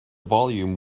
volume